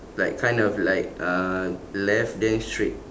like kind of like uh left then straight